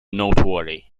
noteworthy